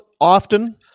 often